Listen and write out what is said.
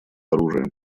оружия